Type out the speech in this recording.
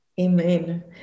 Amen